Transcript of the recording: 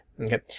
okay